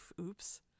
Oops